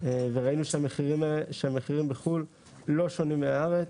וראינו שהמחירים בחו"ל לא שונים מהארץ.